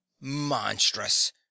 Monstrous